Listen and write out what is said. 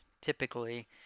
typically